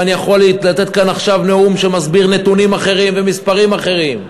ואני יכול לתת כאן עכשיו נאום שמסביר נתונים ומספרים אחרים.